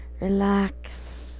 relax